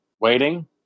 waiting